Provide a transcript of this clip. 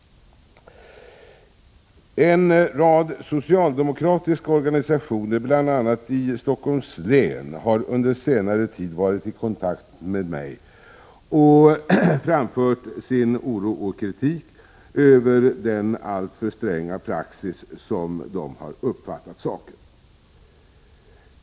En rad socialdemokratiska organisationer, bl.a. i Stockholms län, har under senare tid varit i kontakt med mig och framfört sin oro och kritik över den alltför stränga praxis, som de har uppfattat saken.